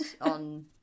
on